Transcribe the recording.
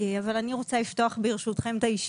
אבל אני רוצה לפתוח את הישיבה,